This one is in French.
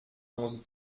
onze